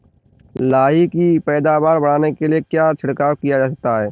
लाही की पैदावार बढ़ाने के लिए क्या छिड़काव किया जा सकता है?